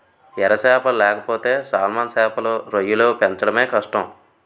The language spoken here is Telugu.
ఎర సేపలు లేకపోతే సాల్మన్ సేపలు, రొయ్యలు పెంచడమే కష్టం